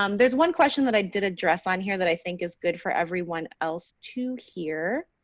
um there's one question that i did address on here that i think is good for everyone else to hear